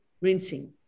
rinsing